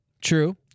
True